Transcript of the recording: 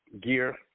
gear –